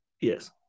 yes